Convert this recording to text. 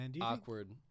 awkward